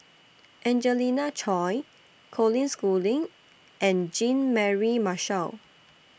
Angelina Choy Colin Schooling and Jean Mary Marshall